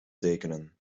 tekenen